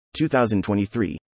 2023